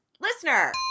listener